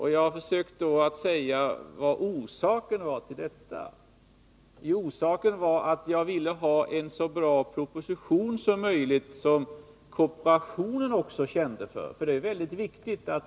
Jag har försökt tala om vad orsaken var. Jag ville ha en så bra proposition som möjligt, som också kooperationen kände för.